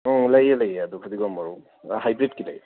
ꯑꯪ ꯂꯩꯌꯦ ꯂꯩꯌꯦ ꯑꯗꯨ ꯐꯗꯤꯒꯣꯝ ꯃꯔꯨ ꯍꯥꯏꯕ꯭ꯔꯤꯠꯀꯤ ꯂꯩꯌꯦ